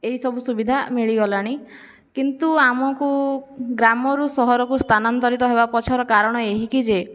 ଏହିସବୁ ସୁବିଧା ମିଳିଗଲାଣି କିନ୍ତୁ ଆମକୁ ଗ୍ରାମରୁ ସହରକୁ ସ୍ଥାନାନ୍ତରିତ ହେବା ପଛର କାରଣ ଏହି କି ଯେ